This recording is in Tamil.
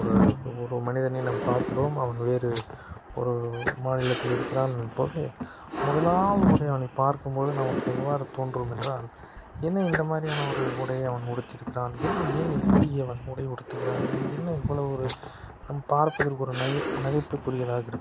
ஒரு ஒரு மனிதனை நம் பார்க்கிறோம் அவன் வேறு ஒரு மாநிலத்தில் இருக்கிறான் போது முதலாவது முறை அவனை பார்க்கும்போது நமக்கு எவ்வாறு தோன்றும் என்றால் என்ன இந்தமாரியான ஒரு உ டையை அவன் உடுத்தியிருக்கிறான் என்ன ஏன் இப்படி அவன் உடை உடுத்துகிறான் இது என்ன இவ்வளோ ஒரு நம் பார்ப்பதற்கு ஒரு நகை நகைப்புக்குரியதாக இருக்கும்